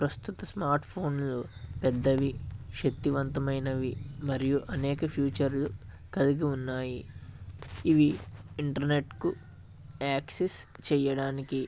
ప్రస్తుత స్మార్ట్ఫోన్లు పెద్దవి శక్తివంతమైనవి మరియు అనేక ఫ్యూచర్లు కలిగి ఉన్నాయి ఇవి ఇంటర్నెట్కు యాక్సెస్ చేయడానికి